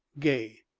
gay.